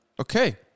Okay